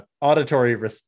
auditory